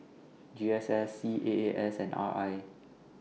G S S C A A S and R I